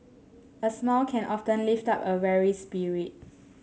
a smile can often lift up a weary spirit